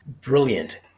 Brilliant